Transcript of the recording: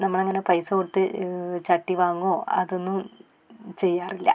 നമ്മൾ അങ്ങനെ പൈസ കൊടുത്ത് ചട്ടി വാങ്ങുകയോ അതൊന്നും ചെയ്യാറില്ല